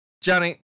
Johnny